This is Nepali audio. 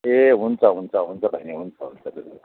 ए हुन्छ हुन्छ हुन्छ बहिनी हुन्छ हुन्छ धन्यवाद